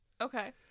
Okay